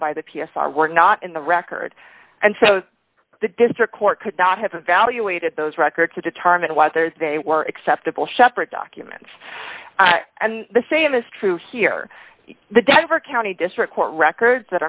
by the p s r were not in the records and so the district court could not have evaluated those records to determine whether they were acceptable shepherd documents and the same is true here in the denver county district court records that are